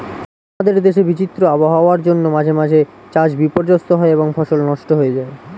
আমাদের দেশে বিচিত্র আবহাওয়ার জন্য মাঝে মাঝে চাষ বিপর্যস্ত হয় এবং ফসল নষ্ট হয়ে যায়